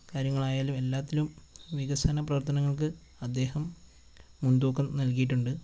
കാര്യങ്ങളായാലും എല്ലാത്തിലും വികസന പ്രവർത്തനങ്ങൾക്ക് അദ്ദേഹം മുൻതൂക്കം നൽകിയിട്ടുണ്ട്